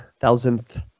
Thousandth